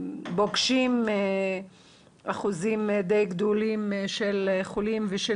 פוגשים אחוזים די גדולים של חולים ושל